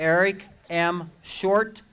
eric am short